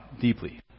deeply